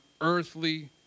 earthly